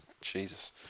Jesus